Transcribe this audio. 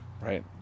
Right